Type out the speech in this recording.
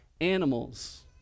animals